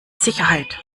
sicherheit